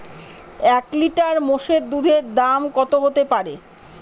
এক লিটার মোষের দুধের দাম কত হতেপারে?